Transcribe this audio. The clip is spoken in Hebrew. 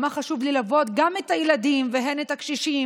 כמה חשוב ללוות הן את הילדים והן את הקשישים